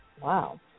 Wow